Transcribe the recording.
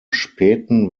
späten